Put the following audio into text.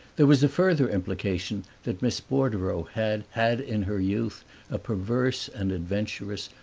there was a further implication that miss bordereau had had in her youth a perverse and adventurous,